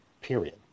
period